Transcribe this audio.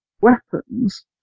weapons